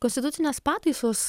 konstitucinės pataisos